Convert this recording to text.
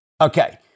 Okay